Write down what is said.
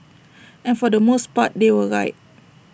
and for the most part they were right